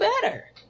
better